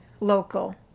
Local